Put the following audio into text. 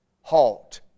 halt